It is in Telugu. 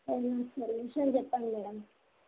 ఏమైన సొల్యూషన్ చెప్పండి మేడం